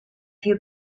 few